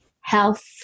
health